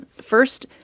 First